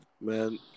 Man